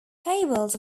fables